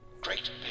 Great